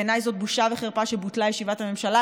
בעיניי זאת בושה וחרפה שבוטלה ישיבת הממשלה.